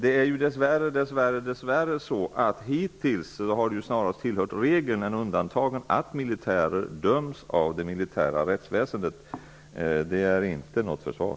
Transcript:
Vi bör också erinra oss att det hittills snarare varit regel än undantag att militärer dess värre döms av det militära rättsväsendet; det är inte något försvar.